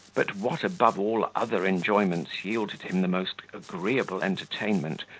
but, what above all other enjoyments yielded him the most agreeable entertainment,